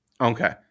Okay